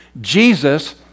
Jesus